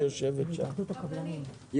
אני